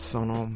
Sono